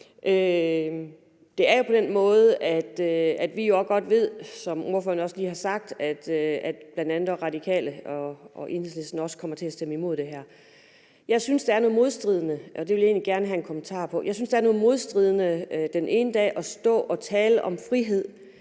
det er jo på den måde, at vi også godt ved, som ordføreren også lige har sagt, at bl.a. Radikale og Enhedslisten kommer til at stemme imod det her. Jeg synes, der er noget modstridende ved – og det vil jeg egentlig gerne have en kommentar på – den ene dag at stå og tale om frihed